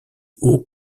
hauts